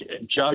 Judge